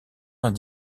vingt